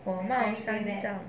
火冒三丈